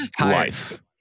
life